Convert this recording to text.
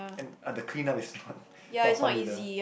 and uh the clean up is not not funny the